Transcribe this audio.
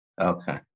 Okay